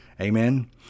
amen